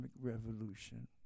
revolution